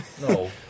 No